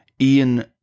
Ian